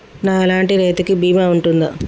నా లాంటి రైతు కి బీమా ఉంటుందా?